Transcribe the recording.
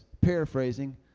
paraphrasing